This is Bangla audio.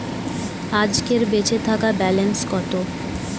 আজকের বেচে থাকা ব্যালেন্স কত?